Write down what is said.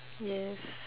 yes